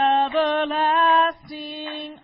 everlasting